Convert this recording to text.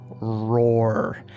roar